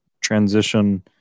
transition